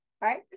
right